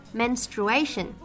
menstruation